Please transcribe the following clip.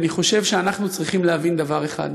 אני חושב שאנחנו צריכים להבין דבר אחד: